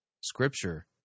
Scripture